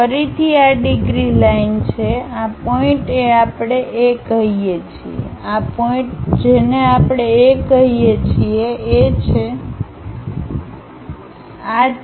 ફરીથી આ degree line છે આ પોઇન્ટ એ આપણે A કહીએ છીએ આ પોઇન્ટ જેને આપણે A કહીએ છીએ એ છે આ છે B